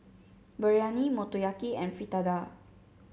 Biryani Motoyaki and Fritada